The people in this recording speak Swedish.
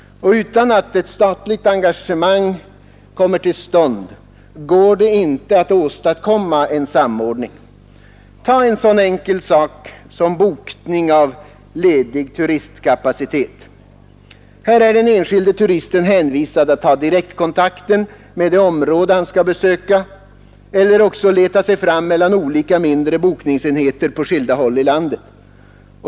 Och utan ett statligt engagemang går det inte att åstadkomma en samordning. Tag en så enkel sak som bokningen av ledig turistkapacitet. Här är den enskilde turisten hänvisad att ta direktkontakt med det område han vill besöka eller också leta sig fram mellan olika mindre bokningsenheter på skilda håll i landet.